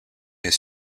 his